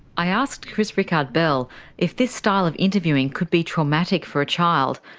i asked chris rikard-bell if this style of interviewing could be traumatic for a child,